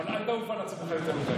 אבל אל תעוף על עצמך יותר מדי.